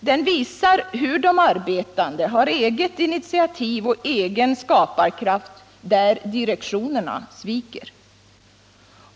Den visar hur de arbetande har eget initiativ och egen skaparkraft där direktionerna sviker.